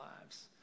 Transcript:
lives